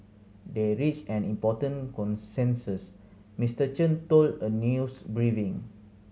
they reached an important consensus Mister Chen told a news briefing